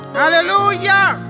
hallelujah